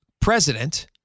president